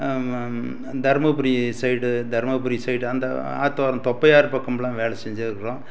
Dharmapuri side Dharmapuri side அந்த ஆற்றோரம் தொப்பையார் பக்கமெலாம் வேலை செஞ்சு இருக்கிறோம்